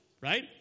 right